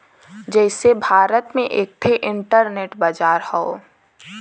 जइसे भारत में एक ठे इन्टरनेट बाजार हौ